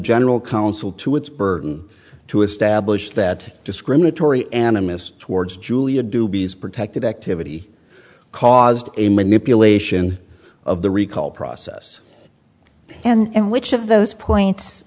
general counsel to its burden to establish that discriminatory animus towards julia doobies protected activity caused a manipulation of the recall process and which of those points